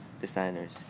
designers